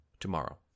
tomorrow